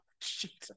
Jesus